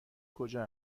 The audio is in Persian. کجا